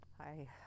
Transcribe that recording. Hi